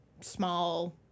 small